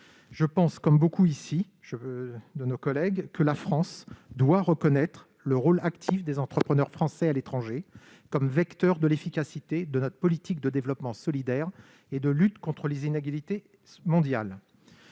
Je pense, comme nombre de nos collègues, que la France doit reconnaître le rôle actif des entrepreneurs français à l'étranger comme vecteur de l'efficacité de notre politique de développement solidaire et de lutte contre les inégalités mondiales.